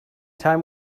time